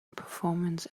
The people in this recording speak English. performance